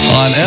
on